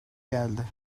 geldi